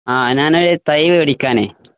ആ ഞാനൊരു തൈ മേടിക്കാനാണ്